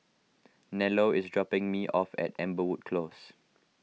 Nello is dropping me off at Amberwood Close